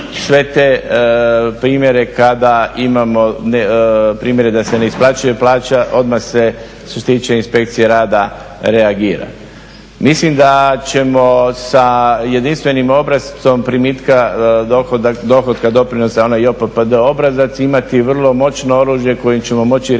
Sve te primjere kada imamo, primjere da se ne isplaćuje plaća, odmah se što se tiče inspekcije rada, reagira. Mislim da ćemo sa jedinstvenim obrascom primitka dohotka, doprinosa i onaj OPPD obrazac imati vrlo moćno oružje kojim ćemo moći reagirati